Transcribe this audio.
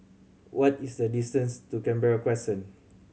what is the distance to Canberra Crescent